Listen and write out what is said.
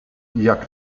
jak